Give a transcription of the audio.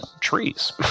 Trees